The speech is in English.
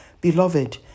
Beloved